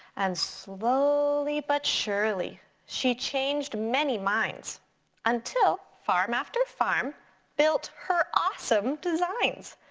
and slowly but surely she changed many minds until farm after farm built her awesome designs.